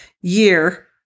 year